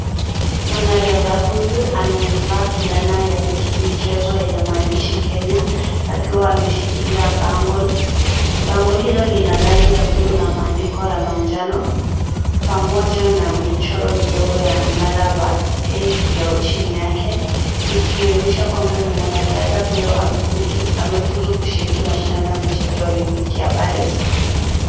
Mwanariadha huyu, amevaa fulana ya michezo yenye maandishi Kenya, akiwa ameshikilia bango. Bango hilo lina rangi ya bluu na maandiko ya manjano, pamoja na michoro midogo ya mnara wa Eiffel chini yake, ikionyesha kwamba ni mwanariadha huyo amefuzu kushiriki mashindano ya michezo ya olimpiki ya Paris.